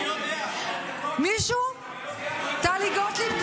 טלי גוטליב.